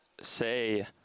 say